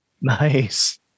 Nice